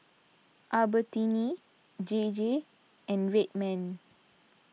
Albertini J J and Red Man